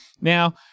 Now